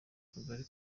akagari